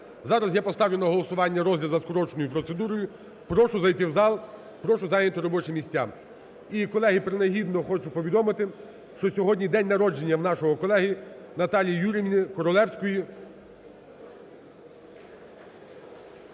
Зараз я поставлю на голосування розгляд за скороченою процедурою. Прошу зайти в зал, прошу зайняти робочі місця. І, колеги, принагідно хочу повідомити, що сьогодні день народження в нашого колеги Наталії Юріївни Королевської.